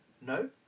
No